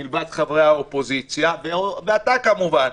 מלבד חברי האופוזיציה ואתה כמובן.